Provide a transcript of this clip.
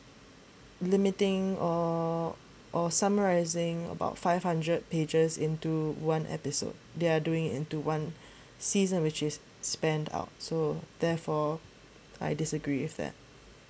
limiting or or summarising about five hundred pages into one episode they're doing into one season which is spanned out so therefore I disagree with that